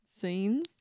Scenes